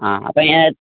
ആ അപ്പോള് ഞാന്